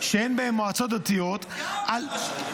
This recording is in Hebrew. שאין בהן מועצות דתיות --- גם על רשויות,